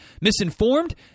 misinformed